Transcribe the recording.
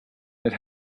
that